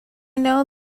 know